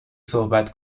صحبت